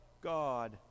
god